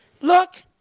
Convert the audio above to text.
look